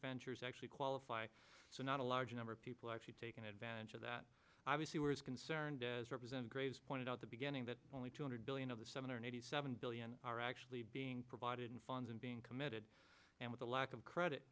ventures actually qualify so not a large number of people actually taken advantage of that obviously was concerned as represent graves pointed out the big ending that only two hundred billion of the seven hundred eighty seven billion are actually being provided funds and being committed and with a lack of credit